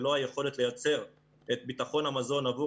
ללא היכולת לייצר את ביטחון המזון עבור